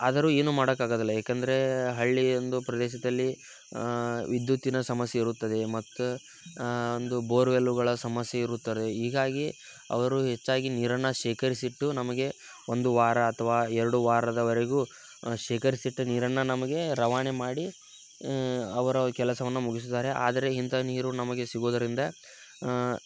ಆದರು ಏನು ಮಾಡೋಕ್ಕಾಗೋದಿಲ್ಲ ಏಕಂದರೆ ಹಳ್ಳಿ ಒಂದು ಪ್ರದೇಶದಲ್ಲಿ ವಿದ್ಯುತ್ತಿನ ಸಮಸ್ಯೆ ಇರುತ್ತದೆ ಮತ್ತು ಒಂದು ಬೋರ್ವೆಲ್ಲುಗಳ ಸಮಸ್ಯೆ ಇರುತ್ತದೆ ಹೀಗಾಗಿ ಅವರು ಹೆಚ್ಚಾಗಿ ನೀರನ್ನು ಶೇಖರಿಸಿಟ್ಟು ನಮಗೆ ಒಂದು ವಾರ ಅಥವಾ ಎರಡು ವಾರದವರೆಗೂ ಶೇಖರಿಸಿಟ್ಟ ನೀರನ್ನು ನಮಗೆ ರವಾನೆ ಮಾಡಿ ಅವರ ಕೆಲಸವನ್ನು ಮುಗಿಸುತ್ತಾರೆ ಆದರೆ ಇಂಥಾ ನೀರು ನಮಗೆ ಸಿಗೋದರಿಂದ